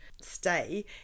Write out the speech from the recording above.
stay